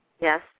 Yes